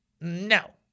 no